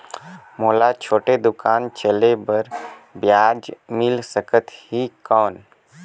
मोला छोटे दुकान चले बर ब्याज मिल सकत ही कौन?